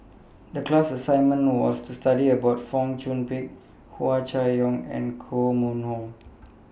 The class assignment was to study about Fong Chong Pik Hua Chai Yong and Koh Mun Hong